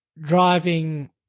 driving